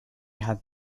had